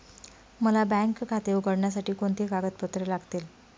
मला बँक खाते उघडण्यासाठी कोणती कागदपत्रे लागतील?